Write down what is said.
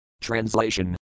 Translation